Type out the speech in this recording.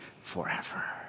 forever